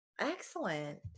Excellent